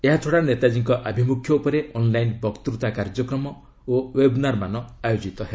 ଏହାଛଡ଼ା ନେତାଜୀଙ୍କ ଆଭିମୁଖ୍ୟ ଉପରେ ଅନ୍ଲାଇନ୍ ବକ୍ତୁତା କାର୍ଯ୍ୟକ୍ରମ ଓ ୱେବ୍ନାର୍ ମାନ ଆୟୋଜିତ ହେବ